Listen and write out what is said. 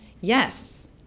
Yes